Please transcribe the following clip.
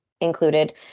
included